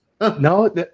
No